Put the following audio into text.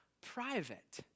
private